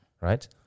Right